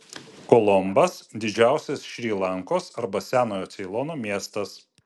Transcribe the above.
kolombas didžiausias šri lankos arba senojo ceilono miestas